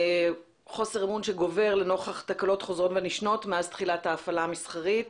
חוסר אמון שגובר נוכח תקלות חוזרות ונשנות מאז תחילת ההפעלה המסחרית.